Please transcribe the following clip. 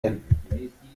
enten